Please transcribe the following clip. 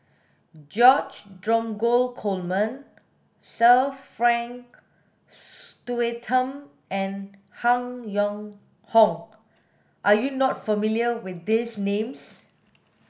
George Dromgold Coleman Sir Frank Swettenham and Han Yong Hong are you not familiar with these names